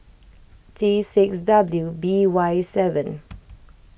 T six W B Y seven